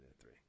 three